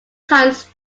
times